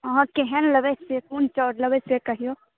अहाँ केहन लेबै कोन चाउर लेबै से कहियौ